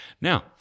Now